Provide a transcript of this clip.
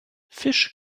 fisch